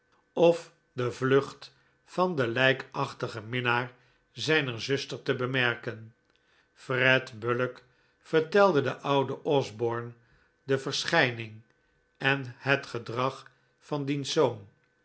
of de vlucht van den lijkachtigen minnaar zijner zuster te bemerken fred bullock vertelde den ouden osborne de verschijning en het gedrag van diens zoon